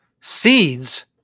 seeds